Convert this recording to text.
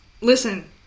Listen